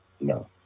no